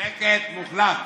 שקט מוחלט.